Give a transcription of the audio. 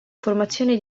formazione